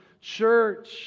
church